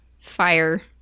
fire